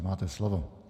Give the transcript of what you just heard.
Máte slovo.